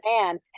man